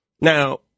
Now